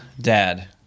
dad